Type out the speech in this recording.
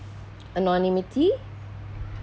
anonymity